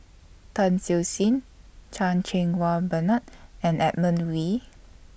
Tan Siew Sin Chan Cheng Wah Bernard and Edmund Wee